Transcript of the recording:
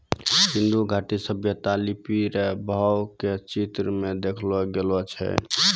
सिन्धु घाटी सभ्यता लिपी रो भाव के चित्र मे देखैलो गेलो छलै